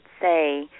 say